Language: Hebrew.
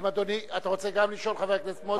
גם אתה רוצה לשאול, חבר הכנסת מוזס?